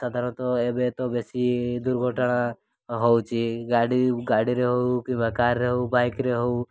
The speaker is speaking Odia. ସାଧାରଣତଃ ଏବେ ତ ବେଶୀ ଦୁର୍ଘଟଣା ହେଉଛି ଗାଡ଼ି ଗାଡ଼ିରେ ହେଉ କିମ୍ବା କାର୍ରେ ହେଉ ବାଇକ୍ରେ ହେଉ